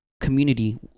community